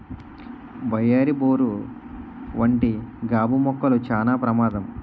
వయ్యారి బోరు వంటి గాబు మొక్కలు చానా ప్రమాదం